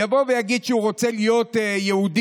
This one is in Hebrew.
יבוא ויגיד שהוא רוצה להיות יהודי,